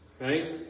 right